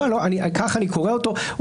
--- כך אני קורא אותו.